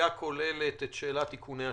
בראייה כוללת את שאלת איכוני השב"כ.